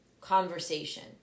conversation